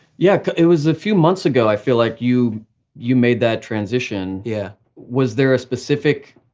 yeah, it was a few months ago, i feel like, you you made that transition. yeah. was there a specific